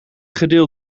gedeeld